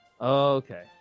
Okay